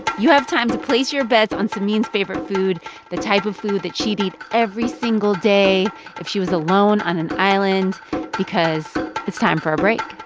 you have time to place your bets on samin's favorite food the type of food that she'd eat every single day if she was alone on an island because it's time for a break.